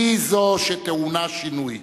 היא שטעונה שינוי.